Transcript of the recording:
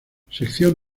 sección